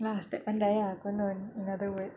lah step pandai konon in other words